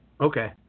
Okay